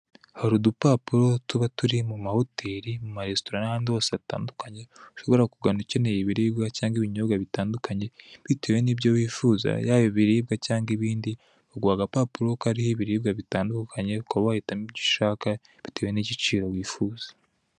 Hari udupapuro tuba turi mu mahoteli, mu maresitora, n'ahandi hose hatandukanye, ushobora kugana ukeneye ibiribwa cyangwa ibinyobwa bitandukanye, bitewe n'ibyo wifuza, yaba ibiribwa cyangwa ibindi, baguha agapapuro kariho ibiribwa bitandukanye, ukaba wahitamo ibyo ushaka, bitewe n'igiciro wifuza.